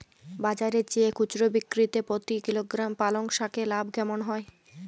বাজারের চেয়ে খুচরো বিক্রিতে প্রতি কিলোগ্রাম পালং শাকে লাভ কেমন হয়?